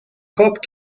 cop